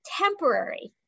temporary